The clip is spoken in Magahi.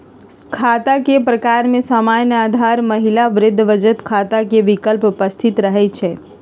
खता के प्रकार में सामान्य, आधार, महिला, वृद्धा बचत खता के विकल्प उपस्थित रहै छइ